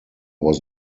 was